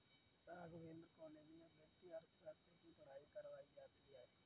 Raghavendra college में वित्तीय अर्थशास्त्र की पढ़ाई करवायी जाती है